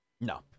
No